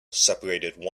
separated